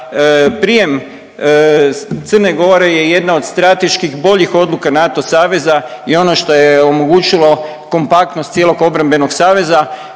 prijem Crne Gore je jedna od strateški boljih odluka NATO saveza i ono što je omogućilo kompaktnost cijelog obrambenog saveza